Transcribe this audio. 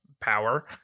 power